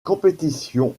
compétitions